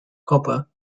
copper